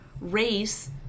race